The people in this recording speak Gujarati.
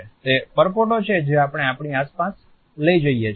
તે પરપોટો છે જે આપણે આપણી આસપાસ લઈ જઈએ છીએ